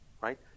right